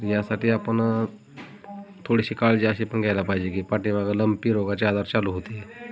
यासाठी आपण थोडीशी काळजी अशी पण घ्यायला पाहिजे की पाठीमागं लंपी रोगाचे आजार चालू होते